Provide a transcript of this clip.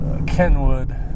Kenwood